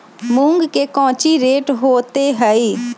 मूंग के कौची रेट होते हई?